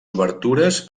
obertures